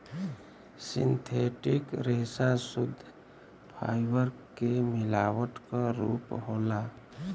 synthetic रेसा सुद्ध fibre के मिलावट क रूप होला